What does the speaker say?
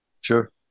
Sure